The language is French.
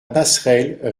passerelle